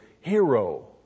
hero